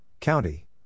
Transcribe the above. County